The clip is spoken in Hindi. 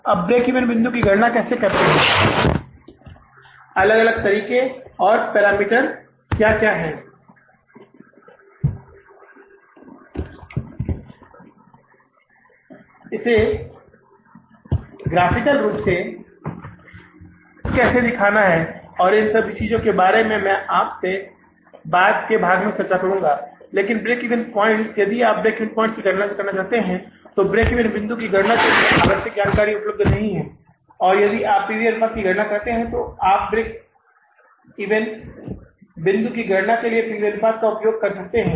अब ब्रेक ईवन बिंदु की गणना कैसे करें अलग अलग तरीके और पैरामीटर क्या हैं इसे ग्राफ़िकल रूप से कैसे दिखाना है इन सभी चीजों के बारे में मैं आपके साथ बाद के भाग में चर्चा करुंगा लेकिन ब्रेक इवन पॉइंट्स यदि आप ब्रेक इवन की गणना करना चाहते हैं ब्रेक ईवन बिंदु की गणना करने के लिए आवश्यक जानकारी उपलब्ध नहीं है और यदि आप पी वी अनुपात की गणना कर सकते हैं तो आप ब्रेक ईवन बिंदु की गणना के लिए पी वी अनुपात का उपयोग कर सकते हैं